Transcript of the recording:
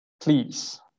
please